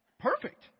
Perfect